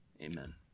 Amen